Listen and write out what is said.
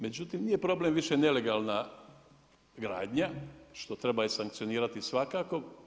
Međutim, nije problem više nelegalna gradnja što treba i sankcionirati svakako.